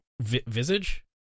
Visage